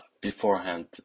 beforehand